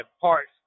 parts